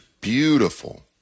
beautiful